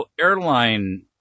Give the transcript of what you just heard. airline